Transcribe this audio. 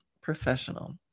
professional